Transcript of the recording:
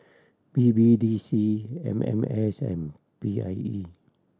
B B D C M M S and P I E